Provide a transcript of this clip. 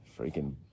freaking